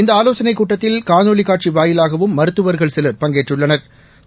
இந்த ஆலோசனைக் கூட்டத்தில் காணொலி காட்சி வாயிலாகவும் மருத்துவா்கள் சிவா் பங்கேற்றுள்ளனா்